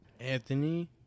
Anthony